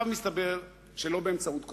עכשיו מסתבר שלא באמצעות קוסמטיקה.